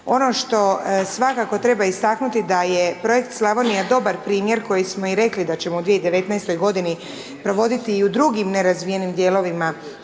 Ono što svakako treba istaknuti da je projekt Slavonija dobar primjer, koji smo i rekli da ćemo u 2019. g. provoditi i u drugim nerazvijenim dijelovima